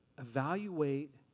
Evaluate